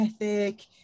ethic